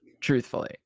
truthfully